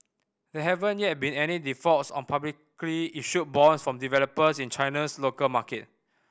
there haven't yet been any defaults on publicly issued bonds from developers in China's local market